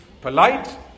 polite